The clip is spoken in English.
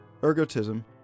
Ergotism